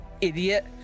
idiot